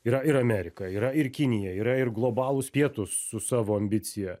yra ir amerika yra ir kinija yra ir globalūs pietūs su savo ambicija